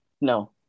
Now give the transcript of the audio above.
No